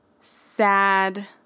sad